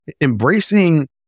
Embracing